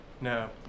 No